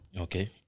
Okay